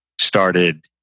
started